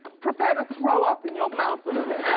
prepare to throw up in your mouth a little.